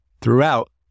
Throughout